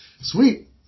sweet